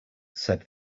said